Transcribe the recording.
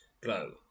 glow